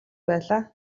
байлаа